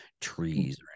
trees